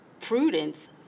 Prudence